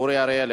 אורי אריאל,